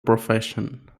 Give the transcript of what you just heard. profession